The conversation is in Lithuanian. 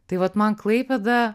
tai vat man klaipėda